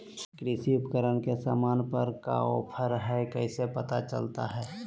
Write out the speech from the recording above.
कृषि उपकरण के सामान पर का ऑफर हाय कैसे पता चलता हय?